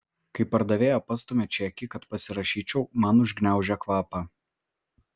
kai pardavėja pastumia čekį kad pasirašyčiau man užgniaužia kvapą